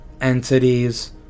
entities